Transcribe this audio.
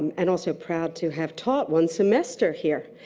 and also proud to have taught one semester here.